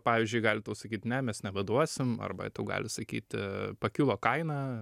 pavyzdžiui gali tau sakyt ne mes nebeduosim arba tau gali sakyti pakilo kaina